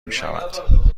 میشود